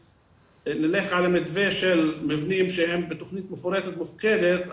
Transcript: נלך על המתווה של מבנים שהם בתכנית מפורטת מופקדת,